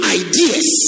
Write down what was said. ideas